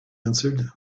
answered